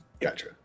Gotcha